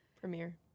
Premiere